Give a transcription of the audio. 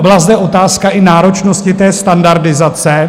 Byla zde otázka i náročnosti standardizace.